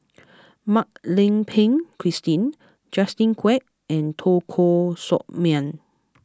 Mak Lai Peng Christine Justin Quek and Teo Koh Sock Miang